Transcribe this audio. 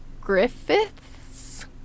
Griffiths